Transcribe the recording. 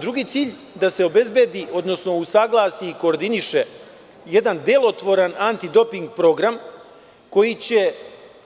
Drugi cilj je da se obezbedi, odnosno usaglasi i koordiniše jedan delotvoran anti doping program koji će